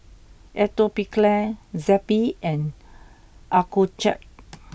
Atopiclair Zappy and Accucheck